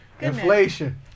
Inflation